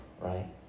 right